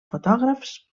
fotògrafs